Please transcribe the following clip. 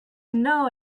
know